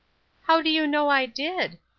how do you know i did?